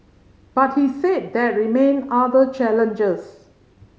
but he said there remain other challenges